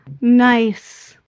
Nice